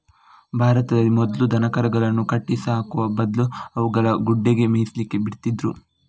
ಭಾರತದಲ್ಲಿ ಮೊದ್ಲು ದನಕರುಗಳನ್ನ ಕಟ್ಟಿ ಸಾಕುವ ಬದ್ಲು ಅವುಗಳನ್ನ ಗುಡ್ಡೆಗೆ ಮೇಯ್ಲಿಕ್ಕೆ ಬಿಡ್ತಿದ್ರು